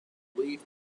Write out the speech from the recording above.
believed